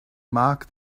mark